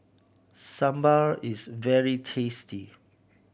sambar is very tasty